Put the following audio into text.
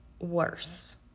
worse